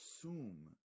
assume